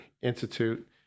institute